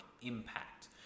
impact